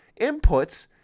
inputs